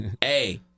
hey